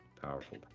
powerful